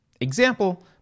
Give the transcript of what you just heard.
example